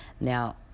Now